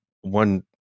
one